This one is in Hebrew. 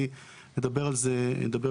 אני אדבר על זה בהמשך.